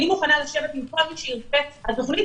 אני מוכנה לשבת עם כל מי שירצה על תכנית,